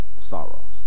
sorrows